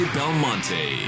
Belmonte